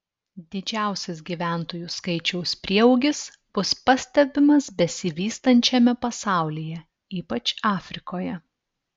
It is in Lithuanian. didžiausias gyventojų skaičiaus prieaugis bus pastebimas besivystančiame pasaulyje ypač afrikoje